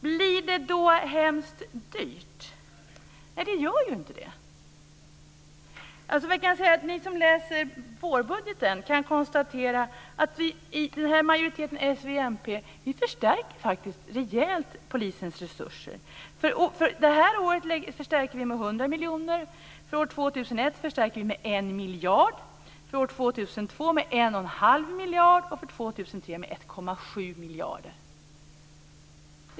Blir detta hemskt dyrt? Nej, det blir det inte. Ni som läser vårbudgeten kan konstatera att vi i majoriteten s-v-mp förstärker polisens resurser rejält. För det här året förstärker vi med 100 miljoner kronor. För år 2001 förstärker vi med 1 miljard. För år 2002 förstärker vi med 1,5 miljarder, och för år 2003 förstärker vi med 1,7 miljarder.